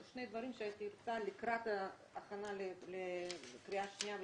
לקראת ההכנה לקריאה שנייה ושלישית,